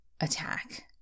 attack